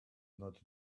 not